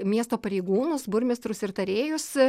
miesto pareigūnus burmistrus ir tarėjus